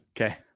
Okay